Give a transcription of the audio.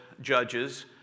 judges